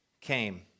came